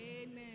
Amen